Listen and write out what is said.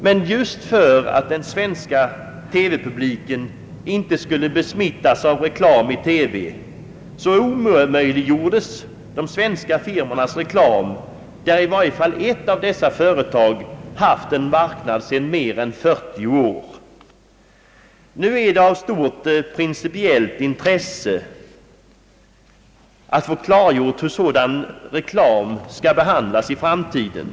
Men just för att den svenska TV-publiken inte skulle besmittas av reklam i TV omöjliggjordes de svenska firmornas reklam i ett land, där i varje fall ett av dessa företag haft en marknad sedan mer än 40 år. Det är av stort principielit intresse att få klargjort hur sådan reklam skall behandlas i framtiden.